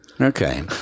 Okay